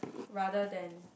rather than